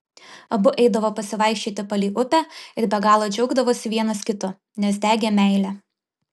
abu eidavo pasivaikščioti palei upę ir be galo džiaugdavosi vienas kitu nes degė meile